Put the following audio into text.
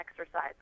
exercise